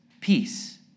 peace